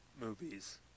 movies